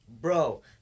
Bro